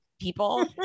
people